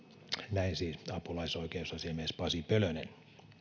näin siis apulaisoikeusasiamies pasi pölönen